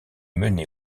menée